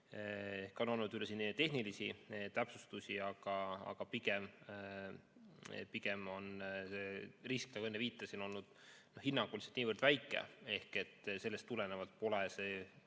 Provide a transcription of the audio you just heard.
Siin on olnud ka tehnilisi täpsustusi, aga pigem on risk, nagu enne viitasin, olnud hinnanguliselt niivõrd väike, et sellest tulenevalt pole see